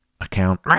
account